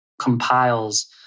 compiles